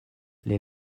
les